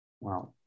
Wow